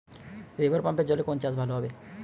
রিভারপাম্পের জলে কোন চাষ ভালো হবে?